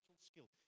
skill